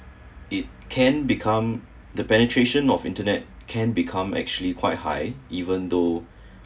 it can become the penetration of internet can become actually quite high even though